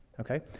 okay?